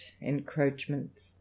encroachments